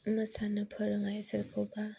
मोसानो फोरोंनाय सोरखौबा